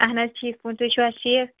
اہَن حظ ٹھیٖک پٲٹھۍ چھُو تُہۍ حظ ٹھیٖک